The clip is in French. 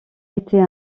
était